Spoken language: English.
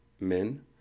men